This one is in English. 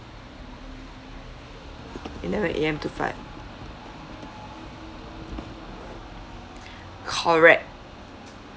eleven A_M to five correct